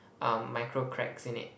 um micro cracks in it